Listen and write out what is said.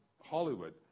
Hollywood